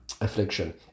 affliction